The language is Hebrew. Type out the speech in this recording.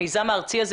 המיזם הארצי הזה,